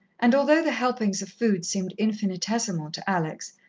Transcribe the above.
and although the helpings of food seemed infinitesimal to alex,